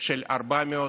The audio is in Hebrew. ומחינו,